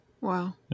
Wow